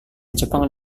jepang